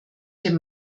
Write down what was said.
dem